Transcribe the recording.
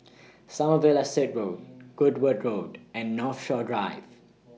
Sommerville Said Road Goodwood Road and Northshore Drive